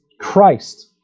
Christ